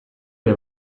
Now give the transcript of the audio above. ere